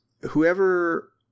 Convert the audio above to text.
whoever